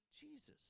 Jesus